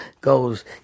goes